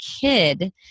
kid